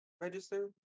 register